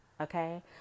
okay